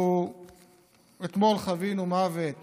אתמול חווינו מוות